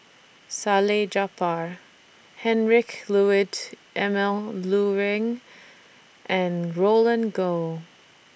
Salleh Japar Heinrich Ludwig Emil Luering and Roland Goh